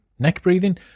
Neck-breathing